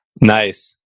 Nice